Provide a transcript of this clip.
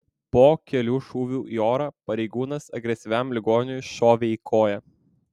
po kelių šūvių į orą pareigūnas agresyviam ligoniui šovė į koją